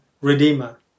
redeemer